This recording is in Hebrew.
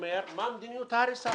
שאומר מה מדיניות ההריסה